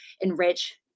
enrich